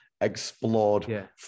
explored